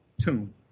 tomb